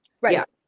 Right